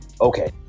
okay